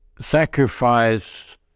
sacrifice